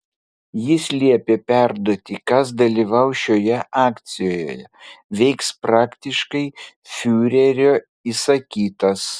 jis liepė perduoti kas dalyvaus šioje akcijoje veiks praktiškai fiurerio įsakytas